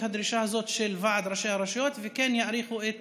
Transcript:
הדרישה הזאת של ועד ראשי הרשויות וכן יאריכו את